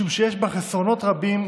משום שיש בה חסרונות רבים.